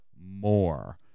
more